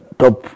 top